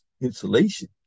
insulation